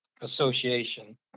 Association